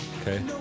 Okay